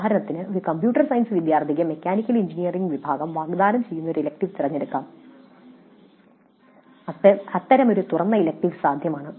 ഉദാഹരണത്തിന് ഒരു computer science വിദ്യാർത്ഥിക്ക് മെക്കാനിക്കൽ എഞ്ചിനീയറിംഗ് വിഭാഗം വാഗ്ദാനം ചെയ്യുന്ന ഒരു ഇലക്ടീവ് തിരഞ്ഞെടുക്കാം അത്തരമൊരു തുറന്ന ഇലക്ടീവ് സാധ്യമാണ്